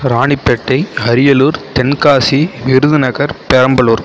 Ranipet Ariyalur Tenkasi Virudhunagar Perambalur